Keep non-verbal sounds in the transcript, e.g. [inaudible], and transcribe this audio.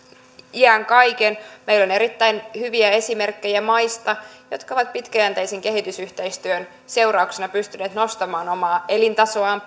iän kaiken meillä on erittäin hyviä esimerkkejä maista jotka ovat pitkäjänteisen kehitysyhteistyön seurauksena pystyneet nostamaan omaa elintasoaan [unintelligible]